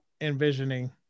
envisioning